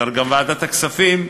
אפשר גם ועדת הכספים,